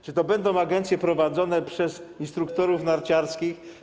Czy będą to agencje prowadzone przez instruktorów narciarskich?